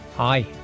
Hi